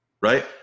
right